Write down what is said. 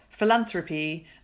philanthropy